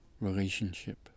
relationship